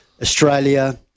Australia